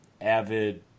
avid